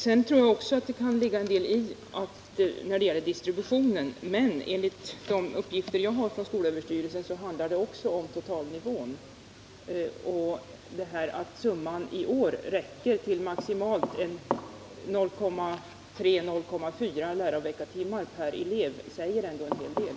Sedan tror jag också att det kan ligga en del i det som sägs om distributionen av medlen, men enligt de uppgifter jag har från skolöverstyrelsen handlar det också om totalnivån. Och det förhållandet att summan i år räcker till maximalt 0,3-0,4 lärarveckotimmar per stödberättigad elev säger ändå en hel del.